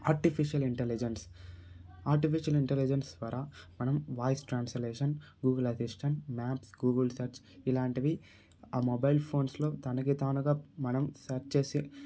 artificial intelligence artificial intelligence ద్వారా మనం voice translation Google assistant maps Google search ఇలాంటివి ఆ మొబైల్ ఫోన్స్లో తనకి తానుగా మనం సెర్చ్ చేసే